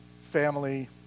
family